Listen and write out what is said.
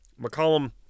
McCollum